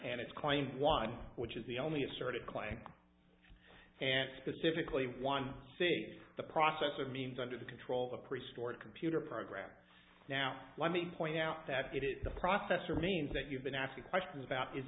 and it's claims one which is the only asserted claim and specifically one of the processor means under the control of a priest or a computer program now let me point out that it is the processor means that you've been asking questions about is